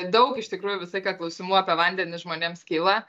daug iš tikrųjų visą laiką klausimų apie vandenį žmonėms kyla